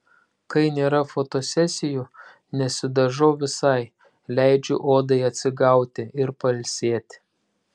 kai nėra fotosesijų nesidažau visai leidžiu odai atsigauti ir pailsėti